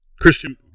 Christian